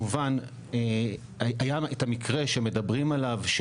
היה את המקרה שמדברים עליו,